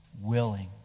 willing